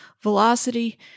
velocity